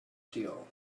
steel